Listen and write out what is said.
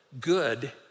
good